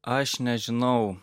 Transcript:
aš nežinau